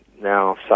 now